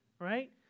Right